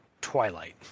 Twilight